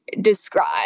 describe